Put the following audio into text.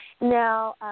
Now